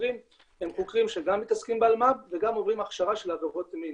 החוקרים הם חוקרים שגם מתעסקים באלמ"ב וגם עוברים הכשרה של עבירות מין.